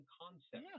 concept